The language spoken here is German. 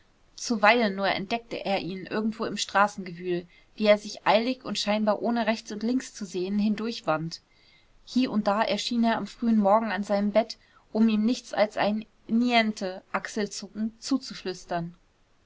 zuweilen nur entdeckte er ihn irgendwo im straßengewühl wie er sich eilig und scheinbar ohne rechts und links zu sehen hindurchwand hie und da erschien er am frühen morgen an seinem bett um ihm nichts als ein niente achselzuckend zuzuflüstern